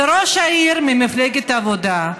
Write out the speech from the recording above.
זה ראש העיר ממפלגת העבודה,